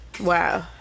Wow